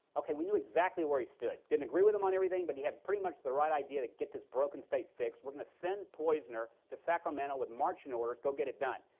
okay, we knew exactly where he stood. didn't agree with him on everything, but he had pretty much the right idea to get this broken state fixed. we're going to send poizner to sacramento with marching orders, go get it done.